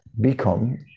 become